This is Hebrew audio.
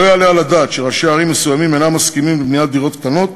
לא יעלה על הדעת שראשי ערים מסוימים אינם מסכימים לבניית דירות קטנות